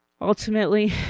Ultimately